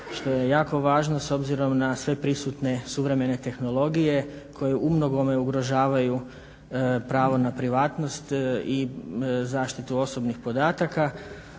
što je jako važno s obzirom na sve prisutne suvremene tehnologije koje umnogome ugrožavaju pravo na privatnost i zaštitu osobnih podataka.